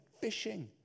fishing